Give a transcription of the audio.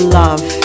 love